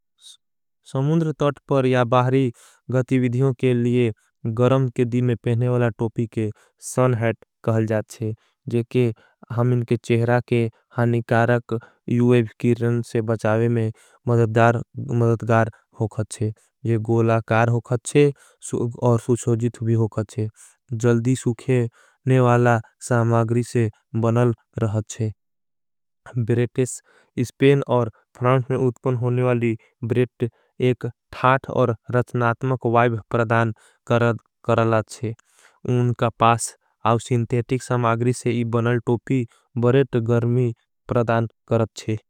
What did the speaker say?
समुद्र तट पर या बाहरी गतिविधियों के लिए गरम के दिन में। पहने वाला टोपी के सन हैट कहल जाथ शे जे के हम इनके। छेहरा के हाणिकारक यूएव की रण से बचावे में मदददार। मदददगार होखत शे जल्दी सुखेने वाला सामागरी से बनल। रहत शे ब्रेटेस इस्पेन और फ्रांच में उत्पन होने वाली ब्रेट एक। ठाथ और रचनात्मक वाइब प्रदान करलाथ शे उनका पास। और सिंथेटिक समागरी से बनल टोपी बरेट गर्मी प्रदान करत शे।